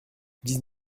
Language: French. dix